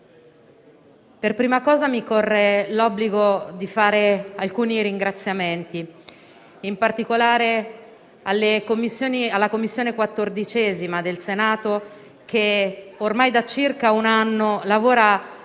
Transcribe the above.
Per prima cosa mi corre l'obbligo di fare alcuni ringraziamenti, in particolare alla 14a Commissione del Senato, che ormai da circa un anno lavora